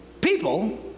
People